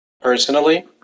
personally